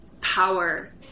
power